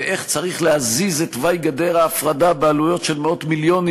ואיך צריך להזיז את תוואי גדר ההפרדה בעלויות של מאות מיליונים